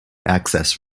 access